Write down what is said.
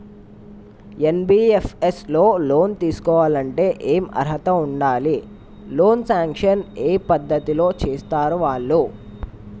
NBFS లో loan తీస్కోవాలంటే ఏం అర్హత ఉండాలి? లోన్ సాంక్షన్ ఏ పద్ధతి లో చేస్తరు వాళ్లు?